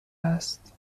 است